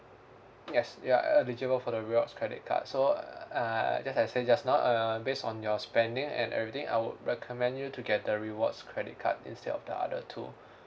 yes you're uh eligible for the rewards credit card so uh just I say just now err based on your spending and everything I would recommend you to get the rewards credit card instead of the other two